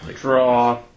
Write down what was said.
draw